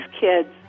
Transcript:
kids